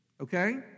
Okay